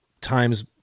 times